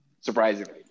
surprisingly